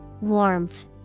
Warmth